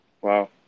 Wow